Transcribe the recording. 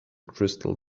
crystal